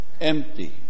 Empty